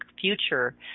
future